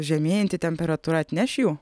žemėjanti temperatūra atneš jų